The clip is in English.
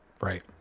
Right